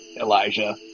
Elijah